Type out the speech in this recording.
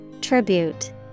Tribute